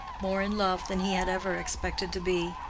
more in love than he had ever expected to be.